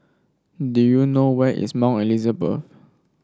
do you know where is Mount Elizabeth